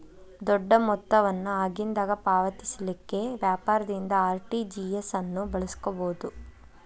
ದೊಡ್ಡ ಮೊತ್ತ ವನ್ನ ಆಗಿಂದಾಗ ಪಾವತಿಸಲಿಕ್ಕೆ ವ್ಯಾಪಾರದಿಂದ ಆರ್.ಟಿ.ಜಿ.ಎಸ್ ಅನ್ನು ಬಳಸ್ಕೊಬೊದು